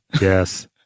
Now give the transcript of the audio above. Yes